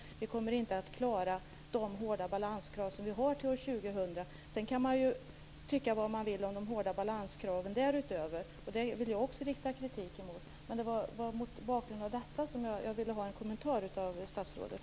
De kommer inte att klara de hårda balanskrav som har satts till år 2000. Därutöver kan man tycka vad man vill om de hårda balanskraven. Jag vill också rikta kritik mot dem. Men jag vill höra en kommentar av statsrådet.